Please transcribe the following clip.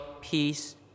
peace